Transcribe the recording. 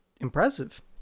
impressive